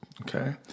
okay